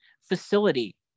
facility